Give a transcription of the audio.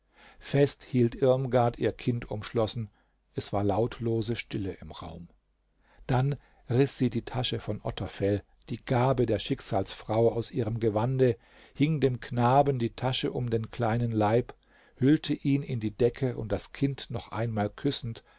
fest hielt irmgard ihr kind umschlossen es war lautlose stille im raum dann riß sie die tasche von otterfell die gabe der schicksalsfrau aus ihrem gewande hing dem knaben die tasche um den kleinen leib hüllte ihn in die decke und das kind noch einmal küssend